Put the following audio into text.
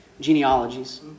genealogies